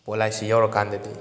ꯄꯣꯠ ꯑꯁꯤ ꯌꯧꯔꯀꯥꯟꯗꯗꯤ